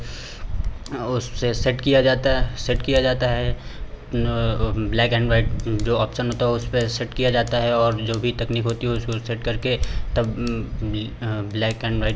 उससे सेट किया जाता है सेट किया जाता है ब्लैक ऐंड वाइट जो ऑप्सन होता है उसपे सेट किया जाता है और जो भी तकनीक होती है उसको सेट करके तब हाँ ब्लैक ऐंड वाइट